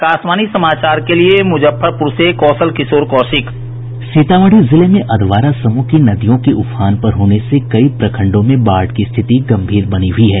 आकाशवाणी समाचार के लिये मुजफ्फरपुर से कौशल किशोर कौशिक सीतामढ़ी जिले में अधवारा समूह की नदियों के उफान पर होने से कई प्रखंडों में बाढ़ की स्थिति गम्भीर बनी हुई है